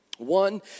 One